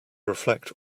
reflect